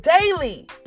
daily